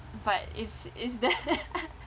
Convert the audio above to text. but it's it's there